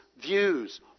views